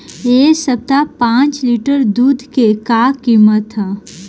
एह सप्ताह पाँच लीटर दुध के का किमत ह?